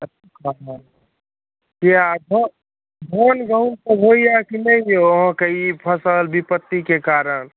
अच्छा किया धा धान गहुँमसभ होइए कि नहि यौ अहाँके ई फसल विपत्तिके कारण